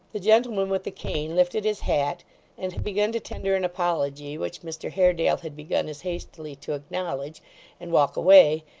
the gentleman with the cane lifted his hat and had begun to tender an apology, which mr haredale had begun as hastily to acknowledge and walk away,